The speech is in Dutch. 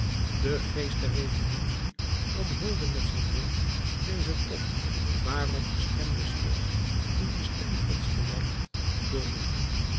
de geest der revolutie omhulde met zijn wolk dezen top waarop de stem des volks die de stem gods gelijkt bulderde